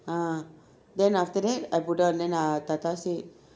ah then after that I put down then ah thatha said